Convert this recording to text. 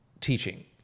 teaching